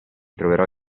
troverò